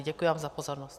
Děkuji vám za pozornost.